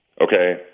Okay